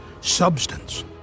substance